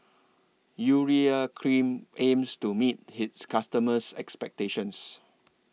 Urea Cream aims to meet its customers' expectations